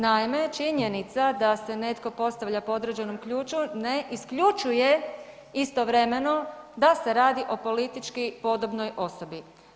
Naime, činjenica se netko postavlja po određenom ključu ne isključuje istovremeno da se radi o politički podobnoj osobi.